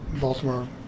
Baltimore